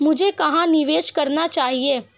मुझे कहां निवेश करना चाहिए?